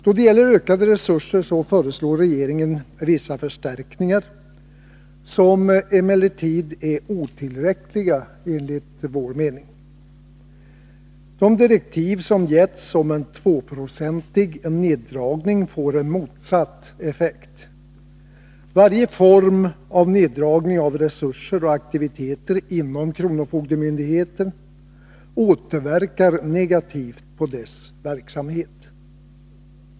Då det gäller kronofogdemyndigheternas resurser föreslår regeringen vissa förstärkningar, som emellertid enligt vår mening är otillräckliga. De direktiv som getts om en 2-procentig neddragning får en motsatt effekt. Varje form av neddragning av resurser och aktiviteter inom kronofogdemyndigheten återverkar negativt på dess verksamhet.